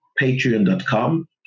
patreon.com